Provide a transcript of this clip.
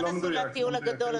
נסעו לטיול הגדול.